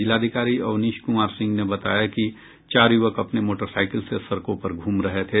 जिलाधिकारी अवनीश कुमार सिंह ने बताया कि चार युवक अपने मोटरसाईकिल से सड़कों पर घूम रहे थे